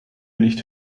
nicht